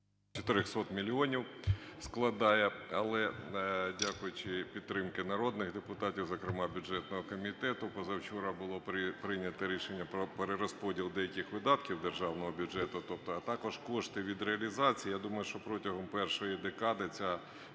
400 мільйонів складає. Але, дякуючи підтримці народних депутатів, зокрема, бюджетного комітету, позавчора було прийняте рішення про перерозподіл деяких видатків державного бюджету, а також кошти від реалізації. Я думаю, що протягом першої декади ця